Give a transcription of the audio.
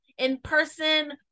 in-person